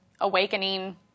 awakening